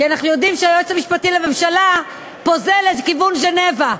כי אנחנו יודעים שהיועץ המשפטי לממשלה פוזל לכיוון ז'נבה,